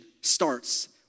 starts